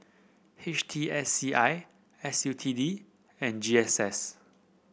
H T S C I S U T D and G S S